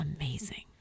amazing